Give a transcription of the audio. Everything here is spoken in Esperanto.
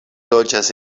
loĝas